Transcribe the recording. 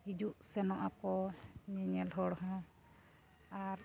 ᱦᱤᱡᱩᱜᱼᱥᱮᱱᱚᱜ ᱟᱠᱚ ᱧᱮᱧᱮᱞ ᱦᱚᱲ ᱦᱚᱸ ᱟᱨ